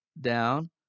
down